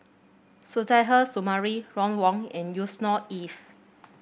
Suzairhe Sumari Ron Wong and Yusnor Ef